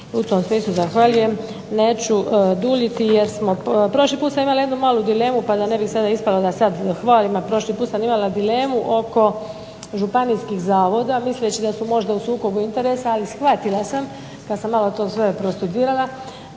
u tom smislu zahvaljujem, neću duljiti jer smo, prošli put sam imala jednu malu dilemu pa da ne bi sada ispalo da sad hvalim, a prošli put sam imala dilemu oko županijskih zavoda misleći da su možda u sukobu interesa, ali shvatila sam kad sam malo to sve prostudirala